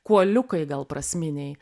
kuoliukai gal prasminiai